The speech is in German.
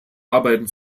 arbeiten